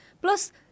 Plus